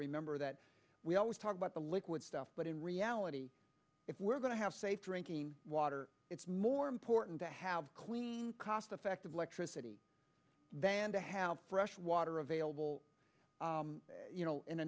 remember that we always talk about the liquid stuff but in reality if we're going to have safe drinking water it's more important to have clean cost effective electricity than to have fresh water available